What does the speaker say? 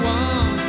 one